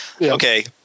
okay